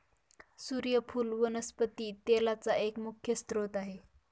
सुर्यफुल वनस्पती तेलाचा एक मुख्य स्त्रोत आहे